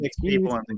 people